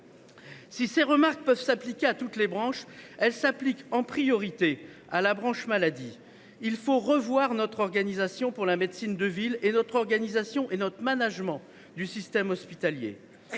Si ces remarques peuvent s’appliquer à toutes les branches, elles concernent en priorité la branche maladie. Il faut revoir notre organisation pour la médecine de ville, ainsi que notre organisation et notre management du système hospitalier.